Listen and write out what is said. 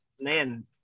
man